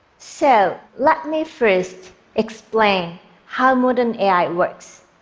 so let me first explain how modern ai works,